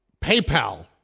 PayPal